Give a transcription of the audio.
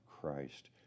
Christ